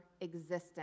existence